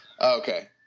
Okay